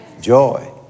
Joy